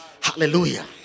Hallelujah